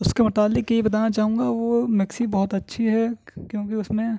اس کے متعلق یہ بتانا چاہوں گا وہ مکسی بہت اچھی ہے کیونکہ اس میں